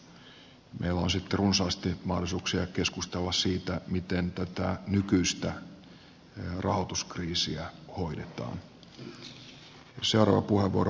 meillä on sitten runsaasti mahdollisuuksia keskustella siitä miten tätä nykyistä rahoituskriisiä hoidetaan